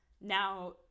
now